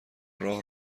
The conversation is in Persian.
راه